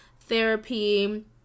therapy